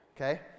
Okay